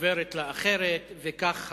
עוברת לאחרת וכך הלאה,